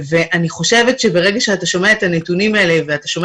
ברגע שאתה שומע את הנתונים האלה ואתה שומע